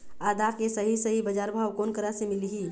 आदा के सही सही बजार भाव कोन करा से मिलही?